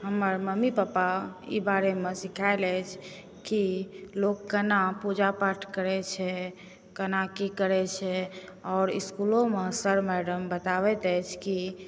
हमर mummy papa ई बारेमे सिखाएल अछि कि लोक केना पूजा पाठ करै छै केना की करै छै आओर इस्कूलोमे सर मैडम बताबैत अछि कि